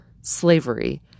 slavery